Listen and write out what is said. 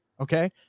Okay